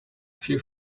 few